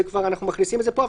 אנחנו מכניסים את זה פה,